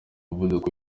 umuvuduko